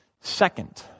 Second